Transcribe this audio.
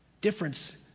difference